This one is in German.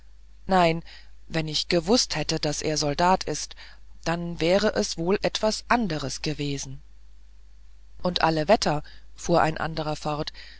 nein wenn ich gewußt hätte daß er soldat ist dann wäre es wohl etwas anderes gewesen und alle wetter fuhr ein anderer fort